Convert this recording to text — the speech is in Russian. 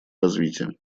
развитие